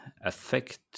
affect